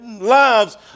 lives